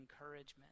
encouragement